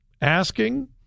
asking